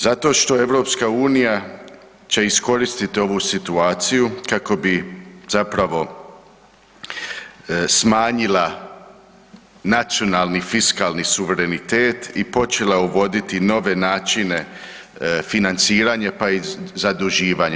Zašto što EU će iskoristit ovu situaciju kako bi zapravo smanjila nacionalni fiskalni suverenitet i počela uvoditi nove načina financiranja pa i zaduživanje.